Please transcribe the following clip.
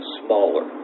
smaller